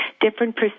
different